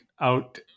out